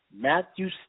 Matthew